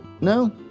No